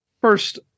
first